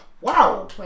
wow